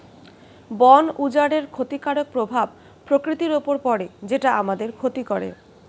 বন উজাড়ের ক্ষতিকারক প্রভাব প্রকৃতির উপর পড়ে যেটা আমাদের ক্ষতি করে